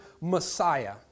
Messiah